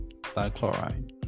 dichloride